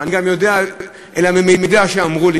אני יודע מתוך מידע שאמרו לי,